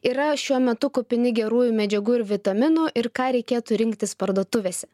yra šiuo metu kupini gerųjų medžiagų ir vitaminų ir ką reikėtų rinktis parduotuvėse